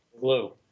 Blue